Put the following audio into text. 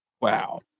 Wow